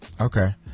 Okay